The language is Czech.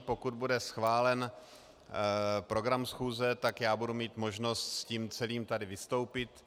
Pokud bude schválen program schůze, tak budu mít možnost s ním celým tady vystoupit.